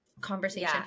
conversation